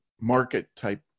market-type